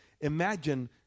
Imagine